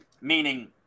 Meaning